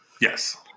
Yes